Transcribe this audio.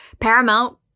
Paramount